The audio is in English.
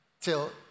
till